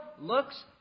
looks